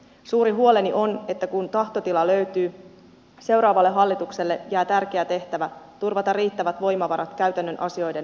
suuri huoleni on että kun tahtotila löytyy seuraavalle hallitukselle jää tärkeä tehtävä turvata riittävät voimavarat käytännön asioiden toteuttamiseen